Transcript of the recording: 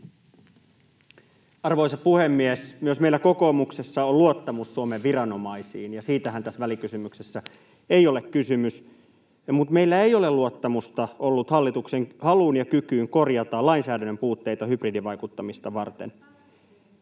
Arvoisa puhemies! Myös meillä kokoomuksessa on luottamus Suomen viranomaisiin, ja siitähän tässä välikysymyksessä ei ole kysymys, mutta meillä ei ole luottamusta ollut hallituksen haluun ja kykyyn korjata lainsäädännön puutteita hybridivaikuttamista varten.